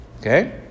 Okay